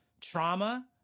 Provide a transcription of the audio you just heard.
trauma